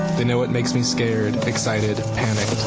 they know what makes me scared, excited, panicked,